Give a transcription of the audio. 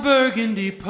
Burgundy